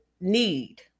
need